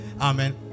Amen